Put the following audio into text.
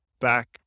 back